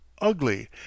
ugly